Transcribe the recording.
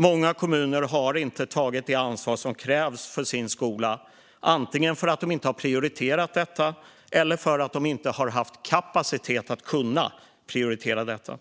Många kommuner har inte tagit det ansvar som krävs för sin skola - antingen för att de inte har prioriterat detta eller för att de inte har haft kapacitet att kunna prioritera detta.